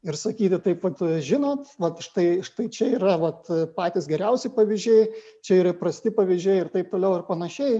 ir sakyti taip vat žinot vat štai štai čia yra vat patys geriausi pavyzdžiai čia yra prasti pavyzdžiai ir taip toliau ir panašiai